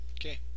Okay